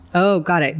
oh, got it.